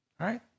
right